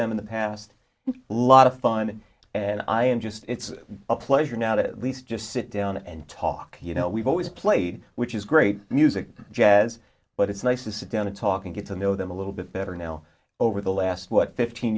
them in the past and a lot of fun and i and just it's a pleasure now that at least just sit down and talk you know we've always played which is great music jazz but it's nice to sit down and talk and get to know them a little bit better now over the last what fifteen